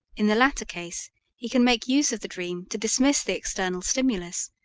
in the latter case he can make use of the dream to dismiss the external stimulus,